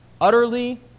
Utterly